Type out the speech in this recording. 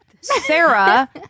Sarah